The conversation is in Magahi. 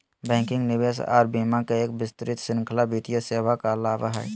बैंकिंग, निवेश आर बीमा के एक विस्तृत श्रृंखला वित्तीय सेवा कहलावय हय